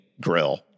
grill